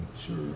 sure